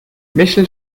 michel